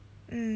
mm